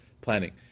planning